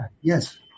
Yes